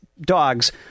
dogs